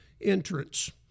entrance